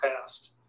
past